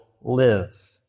live